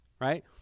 right